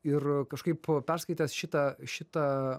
ir kažkaip perskaitęs šitą šitą